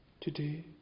today